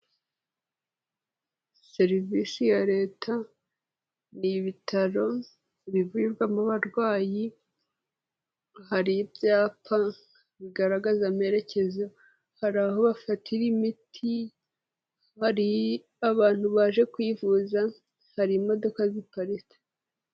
Serivisi ya leta ni ibitaro bivurirwamo abarwayi, hari ibyapa bigaragaza amerekezo, hari aho bafatira imiti, hari abantu baje kwivuza, hari imodoka ziparitse.